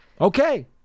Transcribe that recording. Okay